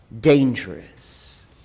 Dangerous